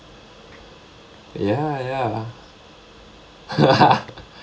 ya ya